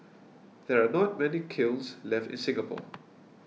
there are not many kilns left in Singapore